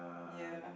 yeah